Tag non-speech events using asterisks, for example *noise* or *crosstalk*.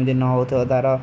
ସମାରହଂ ହୈ। *unintelligible*